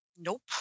Nope